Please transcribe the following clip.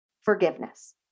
Forgiveness